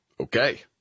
Okay